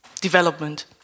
development